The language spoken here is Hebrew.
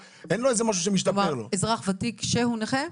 אין לו איזה משהו שמשתפר לו.